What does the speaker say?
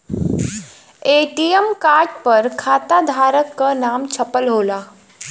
ATM card पर खाताधारक क नाम छपल होला